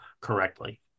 correctly